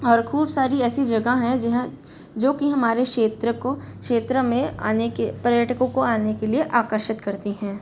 और खूब सारी ऐसी जगह हैं जहाँ जो कि हमारे क्षेत्र को क्षेत्र में आने के पर्यटको को आने के लिए आकर्षित करती हैं